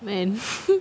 man